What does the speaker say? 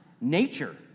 nature